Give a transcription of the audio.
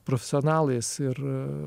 profesionalais ir